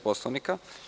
Poslovnika?